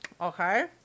Okay